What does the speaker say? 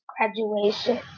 graduation